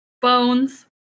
Bones